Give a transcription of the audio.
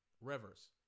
Rivers